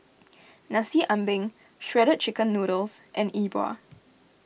Nasi Ambeng Shredded Chicken Noodles and E Bua